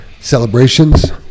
Celebrations